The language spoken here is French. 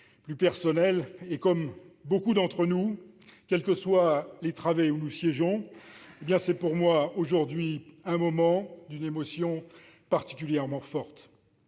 plus personnelle. Comme pour beaucoup d'entre nous, quelles que soient les travées sur lesquelles nous siégeons, c'est pour moi aujourd'hui un moment d'émotion particulièrement forte.